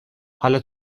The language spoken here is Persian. حالا